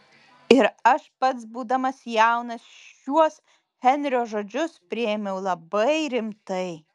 ir aš pats būdamas jaunas šiuos henrio žodžius priėmiau labai rimtai